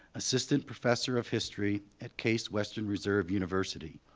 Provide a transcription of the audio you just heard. assistant professor of history at case western reserve university.